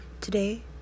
Today